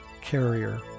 carrier